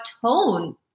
tone